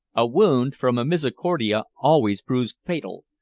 a wound from a misericordia always proves fatal,